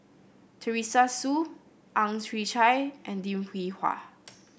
Teresa Hsu Ang Chwee Chai and Lim Hwee Hua